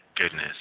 goodness